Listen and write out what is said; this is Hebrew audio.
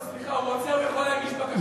סליחה, אם הוא רוצה הוא יכול להגיש בקשה.